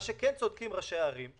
מה שכן צודקים ראשי הערים,